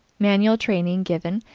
manual training given,